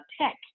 tech